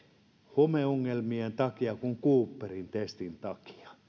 homeongelmien takia kuin cooperin testin takia